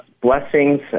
blessings